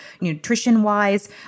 nutrition-wise